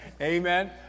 Amen